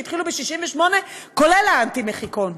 שהתחילו ב-68' כולל האנטי-מחיקון?